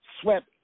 swept